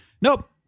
Nope